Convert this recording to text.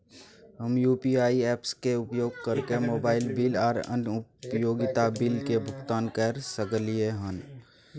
हम UPI apps के उपयोग कैरके मोबाइल बिल आर अन्य उपयोगिता बिल के भुगतान कैर सकलिये हन